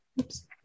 Oops